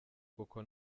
kuko